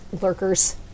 Lurkers